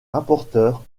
rapporteur